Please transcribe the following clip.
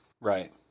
Right